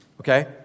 Okay